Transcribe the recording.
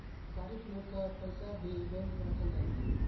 व्यापारिक लोग कअ पईसा भी बैंक में रखल जाला